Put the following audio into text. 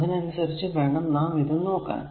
അതിനനുസരിച്ചു വേണം നാം ഇത് നോക്കാൻ